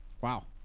Wow